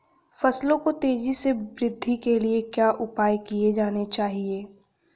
फसलों की तेज़ी से वृद्धि के लिए क्या उपाय किए जाने चाहिए?